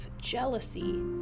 jealousy